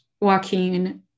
Joaquin